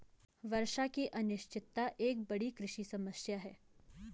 वर्षा की अनिश्चितता एक बड़ी कृषि समस्या है